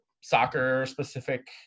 soccer-specific